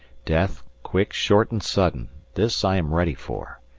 death, quick, short and sudden, this i am ready for.